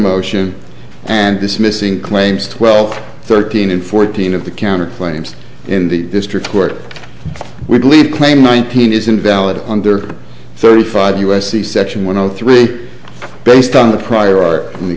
motion and dismissing claims twelve thirteen and fourteen of the counter claims in the district court we believe claim nineteen is invalid under thirty five u s c section one hundred three based on the